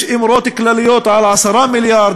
יש אמירות כלליות על 10 מיליארד,